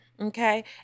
Okay